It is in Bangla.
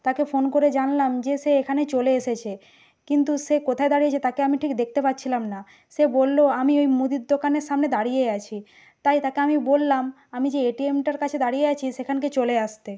তাকে ফোন করে জানলাম যে সে এখানে চলে এসেছে কিন্তু সে কোথায় দাঁড়িয়ে আছে তাকে আমি ঠিক দেখতে পাচ্ছিলাম না সে বলল আমি ওই মুদির দোকানের সামনে দাঁড়িয়ে আছি তাই তাকে আমি বললাম আমি যে এ টি এমটার কাছে দাঁড়িয়ে আছি সেখানকে চলে আসতে